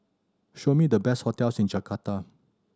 show me the best hotels in Jakarta